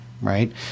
right